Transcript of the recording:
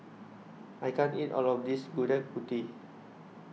I can't eat All of This Gudeg Putih